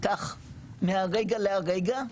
כך מהרגע להרגע,